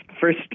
first